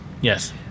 Yes